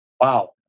Wow